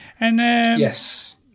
Yes